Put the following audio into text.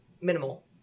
minimal